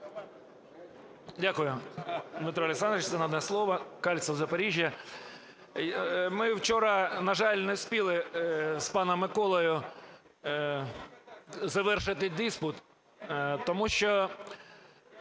Дякую, Дмитро Олександрович, за надане слово. Кальцев, Запоріжжя. Ми вчора, на жаль, не вспіли з паном Миколою завершити диспут, тому що